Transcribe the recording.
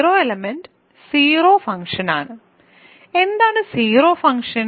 zero element zero ഫംഗ്ഷനാണ് എന്താണ് zero function